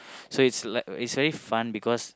so it's it's very fun because